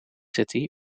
city